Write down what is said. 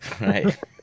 Right